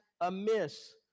amiss